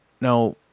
Now